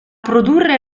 produrre